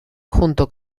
junto